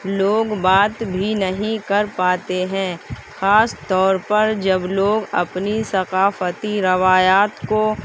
لوگ بات بھی نہیں کر پاتے ہیں خاص طور پر جب لوگ اپنی ثقافتی روایات کو